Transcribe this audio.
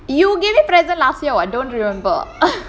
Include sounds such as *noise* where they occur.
you gave me present last year [what] don't remember ah *noise*